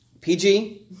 PG